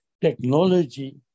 technology